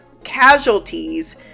casualties